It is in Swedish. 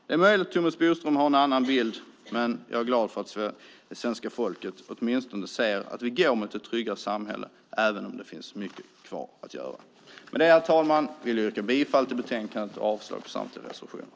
Det är möjligt att Thomas Bodström har en annan bild, men jag är glad att svenska folket åtminstone säger att vi går mot ett tryggare samhälle, även om det finns mycket kvar att göra. Herr talman! Jag yrkar bifall till förslaget i utskottets betänkande och avslag på samtliga reservationer.